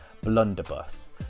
blunderbuss